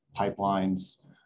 pipelines